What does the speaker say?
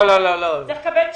צריך לקבל תשובות.